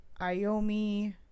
Iomi